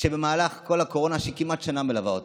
שבמהלך כל הקורונה, שכמעט שנה מלווה אותנו,